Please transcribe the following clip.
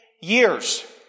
years